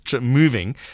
moving